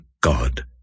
God